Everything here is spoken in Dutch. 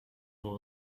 voor